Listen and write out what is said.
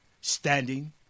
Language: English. standing